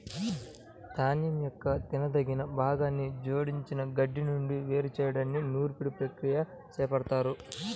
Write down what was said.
ధాన్యం యొక్క తినదగిన భాగాన్ని జోడించిన గడ్డి నుండి వేరు చేయడానికి నూర్పిడి ప్రక్రియని చేపడతారు